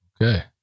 Okay